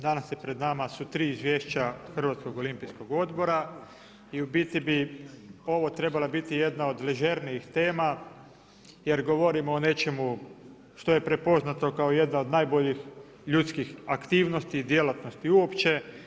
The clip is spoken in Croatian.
Danas je pred nama su tri izvješća Hrvatskog olimpijskog odbora i u biti bi ovo trebala biti jedna od ležernijih tema, jer govorimo o nečemu što je prepoznato kao jedna od najboljih ljudskih aktivnosti i djelatnosti uopće.